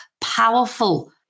powerful